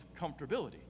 comfortability